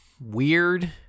weird